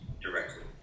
directly